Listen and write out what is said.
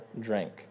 drank